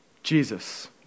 Jesus